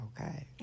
okay